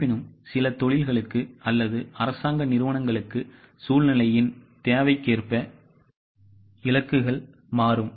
இருப்பினும் சில தொழில்களுக்கு அல்லது அரசாங்க நிறுவனங்களுக்கு சூழ்நிலையின் தேவைக்கேற்ப இலக்குகள் மாறும்